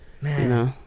Man